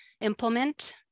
implement